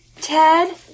ted